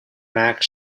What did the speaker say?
max